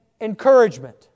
encouragement